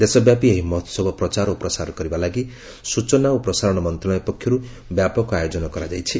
ଦେଶବ୍ୟାପୀ ଏହି ମହୋହବ ପ୍ରଚାର ଓ ପ୍ରସାର କରିବା ଲାଗି ସୂଚନା ଓ ପ୍ରସାରଣ ମନ୍ତ୍ରଣାଳୟ ପକ୍ଷରୁ ବ୍ୟାପକ ଆୟୋଜନ କରାଯାଇଛି